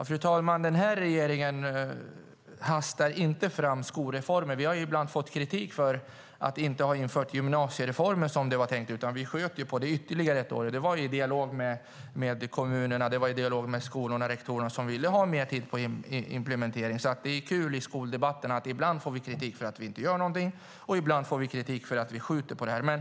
Fru talman! Den här regeringen hastar inte fram skolreformer. Ibland har vi fått kritik för att inte ha infört gymnasiereformen så som det var tänkt. Vi sköt ju på den ytterligare ett år. Det gjorde vi i en dialog med kommunerna och med skolorna och rektorerna som ville ha mer tid för implementeringen. Skoldebatter är kul. Ibland får vi kritik för att vi inte gör någonting. Ibland får vi kritik för att vi skjuter på genomförandet.